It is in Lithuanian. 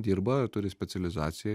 dirba turi specializaciją